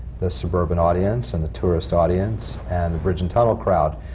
the suburban audience and the tourist audience and the bridge and tunnel crowd,